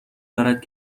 دارد